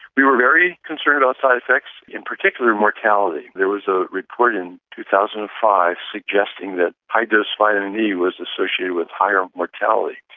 we were very concerned about side-effects, in particular mortality. there was a report in two thousand and five suggesting that high-dose vitamin e was associated with higher mortality,